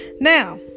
now